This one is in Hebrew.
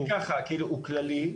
הוא כללי,